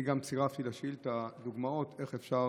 אני גם צירפתי לשאילתה דוגמאות איך אפשר